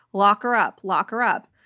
lock her up. lock her up.